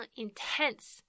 intense